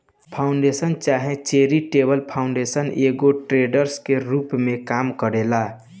foundation चाहे charitable foundation एगो trust के रूप में काम करेला